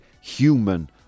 human